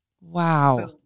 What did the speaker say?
Wow